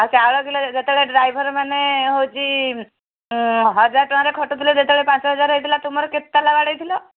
ଆଉ ଚାଉଳ କିଲୋ ଯେତେବେଳେ ଡ୍ରାଇଭର୍ ମାନେ ହେଉଛି ହଜାର ଟଙ୍କାରେ ଖଟୁଥିଲେ ଯେତେବେଳେ ପାଞ୍ଚ ହଜାର ହେଇଥିଲା ତୁମର କେତେ ତାଲା ବାଡ଼େଇ ଥିଲ